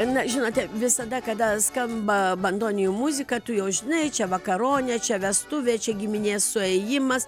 na žinote visada kada skamba bandonijų muzika tu jau žinai čia vakaronė čia vestuvės čia giminės suėjimas